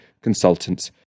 consultants